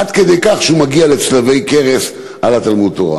עד כדי כך שהוא מגיע לציור צלבי קרס על תלמוד-תורה.